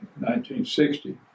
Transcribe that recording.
1960